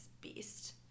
beast